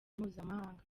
mpuzamahanga